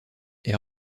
est